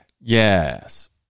Yes